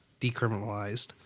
decriminalized